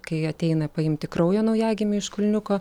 kai ateina paimti kraujo naujagimiui iš kulniuko